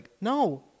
No